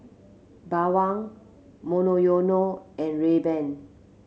Bawang Monoyono and Rayban